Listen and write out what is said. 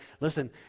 listen